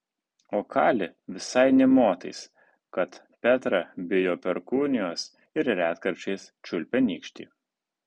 o kali visai nė motais kad petra bijo perkūnijos ir retkarčiais čiulpia nykštį